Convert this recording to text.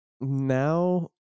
now